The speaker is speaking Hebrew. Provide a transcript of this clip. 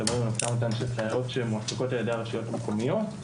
יחד עם סייעות שמועסקות על ידי הרשויות המקומיות,